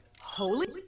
Holy—